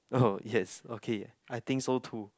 oh yes okay I think so too